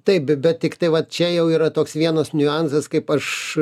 taip bet tiktai va čia jau yra toks vienas niuansas kaip aš